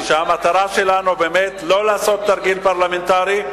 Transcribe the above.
שהמטרה שלנו באמת לא לעשות תרגיל פרלמנטרי.